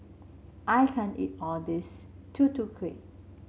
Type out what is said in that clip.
I can't eat all this Tutu Kueh